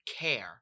care